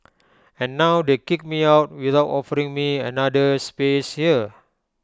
and now they kick me out without offering me another space here